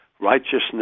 righteousness